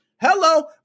Hello